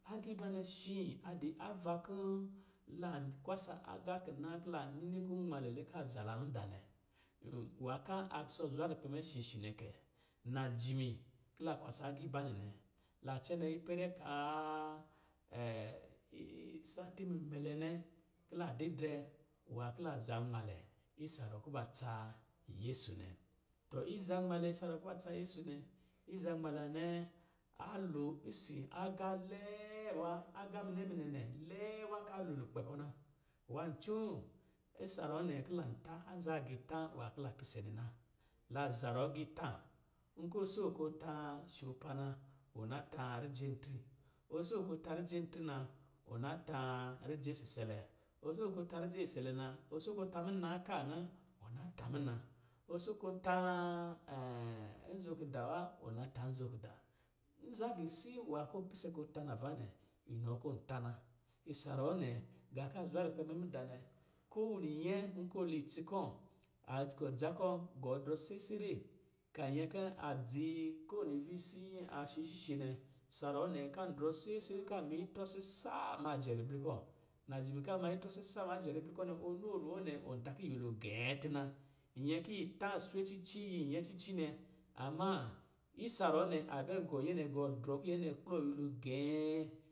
Agiibanɛ shi a di ava kɔ̄ lan kwasa agā kina kila nini kɔ̄ nmalɛ lɛ ka za la mudaa nɛ. Nwā ka a kusɔ zwa lukpɛ mɛ shi shi nɛ kɛ, najimi kila kwasa agiibanɛ nɛ, la cɛnɛ ipɛrɛ kaa sati mumɛlɛ nɛ, kila didrɛ nwā kila zanmalɛ isa ruwɔ̄ kuba tsa yesu nɛ. Tɔ izanmalɛ isa ruwɔ̄ kubatsa yɛsu nɛ, izanmalɛ nwanɛ aa lo isi agā lɛɛ wa, agā munɛ munɛ nɛ lɛɛ wa ka lo lukpɛ kɔ̄ na. Nwā ncoo, isa ruwɔ̄ nɛ ki lan ta azagiita nwā ki la pise nɛ na. La zarɔ agiitā. Nkɔ̄ ɔ soo kɔ̄ tā shɔɔpa na, ɔ na tā rije ntre, ɔ soo kɔ̄ tā rije ntre na, ɔ na tā rije siselɛ. Ɔ soo kɔ̄ tā rije siselɛ na, ɔ soo kɔ̄ ɔ tā muna kaa na, ɔ na tā muna. Ɔ soo kɔ̄ tā nzo kida wa, ɔ na tā nzo kida. Nza gisin nwā kɔ̄ pise kā tā nava nɛ, inɔ kɔ̄ lā na. Isa ruwɔ̄ nɛ, gā ka zwa lukpɛ mɛ mudaa nɛ, ko wini nyɛ, nkɔ̄ ɔ li itsi kɔ̄, a gɔ dza kɔ̄ gɔ drɔ sɛsɛrɛ, ka nyɛ kɔ̄ a dzi ko nivisii a shishishɛ nɛ. Isa ruwɔ̄ nɛ kan drɔ sɛsɛrɛ, ka miitrɔ sisaa ka ma jɛ ribli kɔ̄. Najimi ka ma itrɔ sisa ma jɛ ribli kɔ̄ nɛ, ɔ noo ruwɔ̄ nɛ, ɔ ta ki nyɛlo gɛɛ tina. Nyɛ ki yi ta swe cici yi, iyɛn cici nɛ, amma, isa ruwɔ̄ nɛ a bɛ gɔ nyɛ nɛ gɔɔ drɔ ki nyɛ nɛ kplɔ nyɛlo gɛɛ